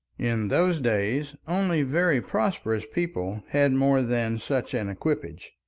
in those days only very prosperous people had more than such an equipage,